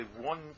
one